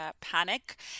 panic